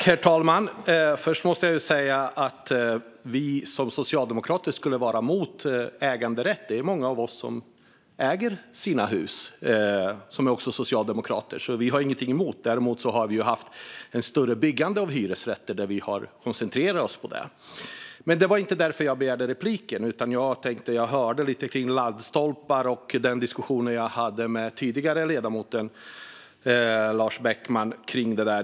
Herr talman! Först måste jag säga att vi som socialdemokrater inte har någonting emot äganderätt. Det är många av oss socialdemokrater som äger sina hus. Däremot har vi haft ett större byggande av hyresrätter, då vi har koncentrerat oss på det. Men det var inte därför jag begärde replik, utan jag tänkte tala om laddstolpar. Jag hade även en diskussion med ledamoten Lars Beckman om detta.